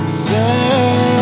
say